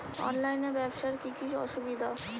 অনলাইনে ব্যবসার কি কি অসুবিধা?